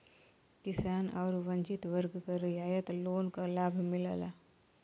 किसान आउर वंचित वर्ग क रियायत लोन क लाभ मिलला